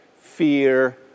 fear